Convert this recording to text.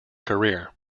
career